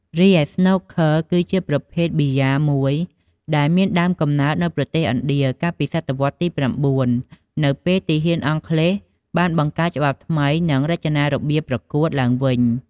រីឯស្នូកឃឺ គឺជាប្រភេទប៊ីយ៉ាមួយ ដែលមានដើមកំណើតនៅប្រទេសឥណ្ឌា កាលពីសតវត្សទី ៩ នៅពេលទាហានអង់គ្លេសបានបង្កើតច្បាប់ថ្មី និងរចនារបៀបប្រកួតឡើងវិញ។